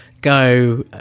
go